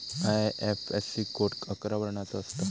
IFSC code अकरा वर्णाचो असता